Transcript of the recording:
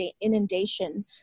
inundation